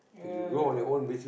ya